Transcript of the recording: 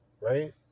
right